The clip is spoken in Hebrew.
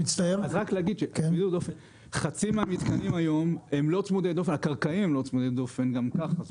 שחצי מהמתקנים היום הם לא צמודי דופן; הקרקעיים הם לא צמודי דופן גם כך.